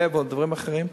לב או דברים אחרים,